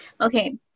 Okay